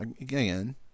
again